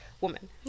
woman